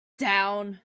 down